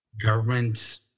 government